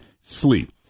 sleep